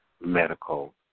medical